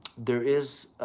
there is